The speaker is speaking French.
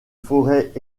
forêts